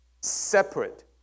separate